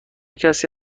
کسی